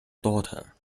daughter